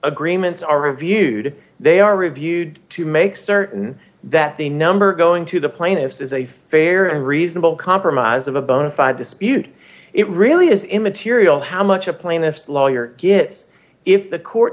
agreements are reviewed they are reviewed to make certain that the number going to the plaintiffs is a fair and reasonable compromise of a bona fide dispute it really is immaterial how much a plaintiff's lawyer gets if the court